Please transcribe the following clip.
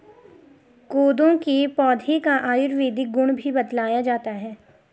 कोदो के पौधे का आयुर्वेदिक गुण भी बतलाया जाता है